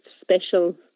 special